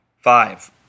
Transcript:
Five